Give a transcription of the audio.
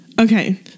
Okay